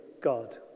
God